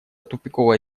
тупиковая